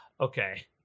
okay